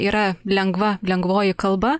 yra lengva lengvoji kalba